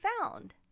found